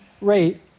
rate